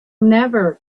never